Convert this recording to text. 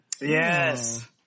Yes